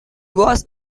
was